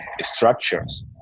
structures